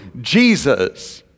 Jesus